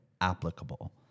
applicable